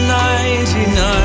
99